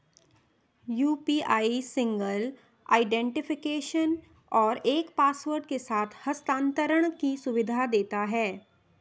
UPI single identification और एक password के साथ हस्थानांतरण की सुविधा देता है